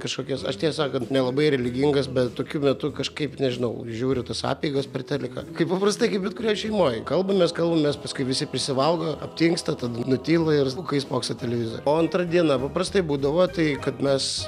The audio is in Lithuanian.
kažkokias aš tiesą sakant nelabai religingas bet tokiu metu kažkaip nežinau žiūriu tas apeigas per teliką kaip paprastai kaip bet kurioj šeimoj kalbamės kalbamės paskui visi prisivalgo aptingsta tada nutyla ir bukai spokso televizorių o antra diena paprastai būdavo tai kad mes